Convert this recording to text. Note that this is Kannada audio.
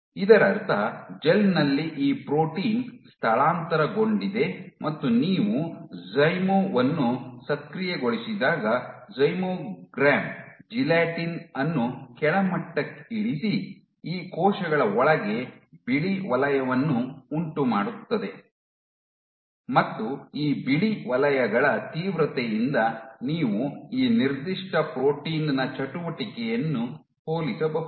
ಇದರರ್ಥ ಜೆಲ್ ನಲ್ಲಿ ಈ ಪ್ರೋಟೀನ್ ಸ್ಥಳಾಂತರಗೊಂಡಿದೆ ಮತ್ತು ನೀವು ಝಿಮೋ ವನ್ನು ಸಕ್ರಿಯಗೊಳಿಸಿದಾಗ ಝಿಮೋಗ್ರಾಮ್ ಜೆಲಾಟಿನ್ ಅನ್ನು ಕೆಳಮಟ್ಟಕ್ಕಿಳಿಸಿ ಈ ಕೋಶಗಳ ಒಳಗೆ ಬಿಳಿ ವಲಯವನ್ನು ಉಂಟುಮಾಡುತ್ತದೆ ಮತ್ತು ಈ ಬಿಳಿ ವಲಯಗಳ ತೀವ್ರತೆಯಿಂದ ನೀವು ಈ ನಿರ್ದಿಷ್ಟ ಪ್ರೋಟೀನ್ ನ ಚಟುವಟಿಕೆಯನ್ನು ಹೋಲಿಸಬಹುದು